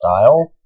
style